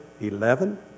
eleven